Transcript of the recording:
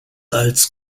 als